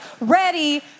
ready